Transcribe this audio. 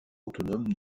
autonome